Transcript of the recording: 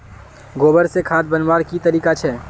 गोबर से खाद बनवार की तरीका छे?